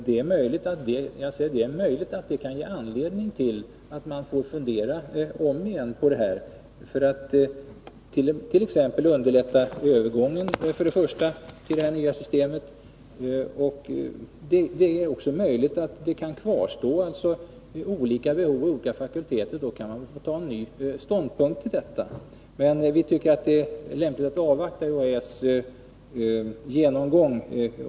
Det är möjligt att det kan ge anledning till att man får fundera på t.ex. någon annan lösning, för att underlätta övergången till det nya systemet. Det är också möjligt att det kan kvarstå olika behov vid olika fakulteter, och då kan man få göra en omprövning. Men vi tycker att det är lämpligt att avvakta UHÄ:s genomgång.